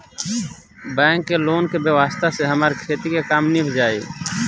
bank के loan के व्यवस्था से हमार खेती के काम नीभ जाई